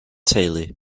teulu